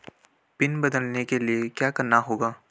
Pin बदलने के लिए क्या करना होगा?